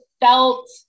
felt